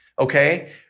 okay